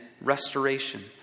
restoration